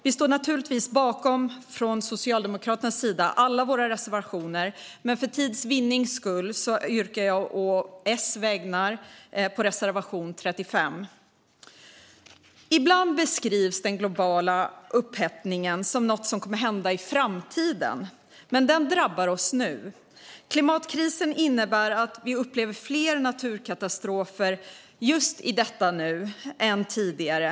Jag står givetvis bakom alla våra reservationer, men för tids vinning yrkar jag bifall enbart till reservation 35. Ibland beskrivs den globala upphettningen som något som kommer att hända i framtiden. Men den drabbar oss nu. Klimatkrisen innebär att världen upplever fler naturkatastrofer nu än tidigare.